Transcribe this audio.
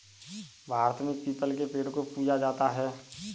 भारत में पीपल के पेड़ को पूजा जाता है